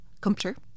computer